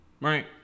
right